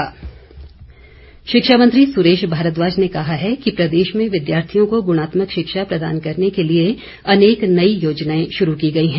सुरेश भारद्वाज शिक्षा मंत्री सुरेश भारद्वाज ने कहा है कि प्रदेश में विद्यार्थियों को गुणात्मक शिक्षा प्रदान करने के लिए अनेक नई योजनाएं शुरू की गई हैं